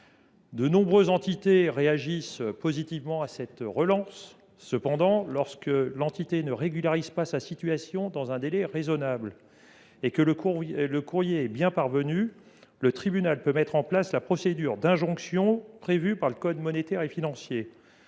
De nombreuses entités réagissent positivement à cette relance. En revanche, lorsque l’entité ne régularise pas sa situation dans un délai raisonnable alors que le courrier est bien parvenu, le tribunal peut mettre en place la procédure d’injonction prévue par le code monétaire et financier.